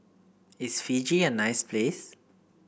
is Fiji a nice place